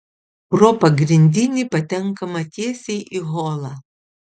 pro pagrindinį patenkama tiesiai į holą